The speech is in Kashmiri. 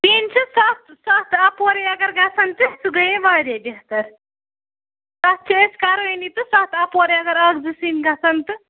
سِنۍ چھِ سَتھ سَتھ اَپورَے اگر گژھن تہِ سُہ گٔیے واریاہ بہتر تَتھ چھِ أسۍ کَرٲنی تہٕ سَتھ اَپورے اگر اَکھ زٕ سِنۍ گژھن تہٕ